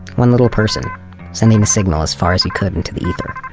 one little person sending the signal as far as he could into the ether,